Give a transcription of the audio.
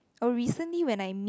oh recently when I meet